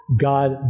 God